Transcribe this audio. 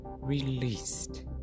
released